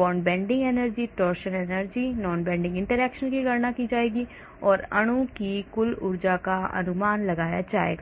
bond bending energy torsion energy nonbonding interactions की गणना की जाएगी और अणु की कुल ऊर्जा का अनुमान लगाया जाएगा